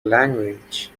language